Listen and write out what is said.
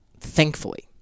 thankfully